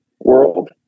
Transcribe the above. world